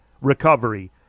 recovery